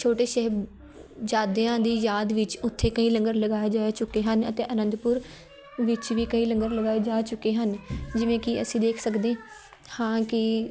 ਛੋਟੇ ਸਾਹਿਬਜ਼ਾਦਿਆਂ ਦੀ ਯਾਦ ਵਿੱਚ ਉੱਥੇ ਕਈ ਲੰਗਰ ਲਗਾਏ ਜਾਏ ਚੱਕੇ ਹਨ ਅਤੇ ਅਨੰਦਪੁਰ ਵਿੱਚ ਵੀ ਕਈ ਲੰਗਰ ਲਗਾਏ ਜਾ ਚੁੱਕੇ ਹਨ ਜਿਵੇਂ ਕਿ ਅਸੀਂ ਦੇਖ ਸਕਦੇ ਹਾਂ ਕਿ